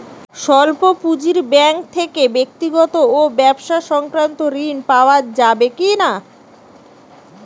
স্বল্প পুঁজির ব্যাঙ্ক থেকে ব্যক্তিগত ও ব্যবসা সংক্রান্ত ঋণ পাওয়া যাবে কিনা?